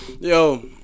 yo